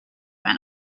went